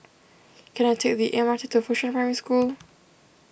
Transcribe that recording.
can I take the M R T to Fengshan Primary School